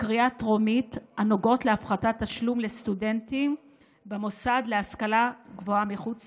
בקריאה טרומית הנוגעות להפחתת תשלום לסטודנטים במוסד להשכלה גבוהה מחוץ